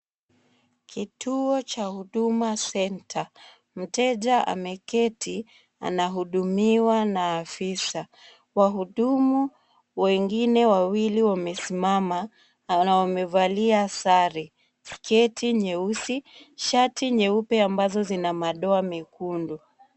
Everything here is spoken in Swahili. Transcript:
Kituo cha huduma centre. Mteja ameketi anahudumiwa na afisa. Wahudumu wengine wawili wamesimama na wamevalia sare, sketi nyeusi, shati nyeupe ambazo zina madoa mekundu.